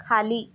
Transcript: खाली